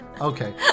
Okay